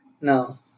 no